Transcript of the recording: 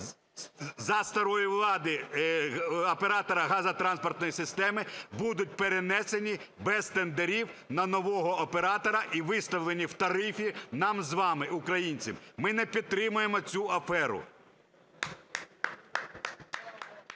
за старої влади оператора газотранспортної системи будуть перенесені без тендерів на нового оператора і виставлені в тарифі нам з вами, українцям. Ми не підтримуємо цю аферу.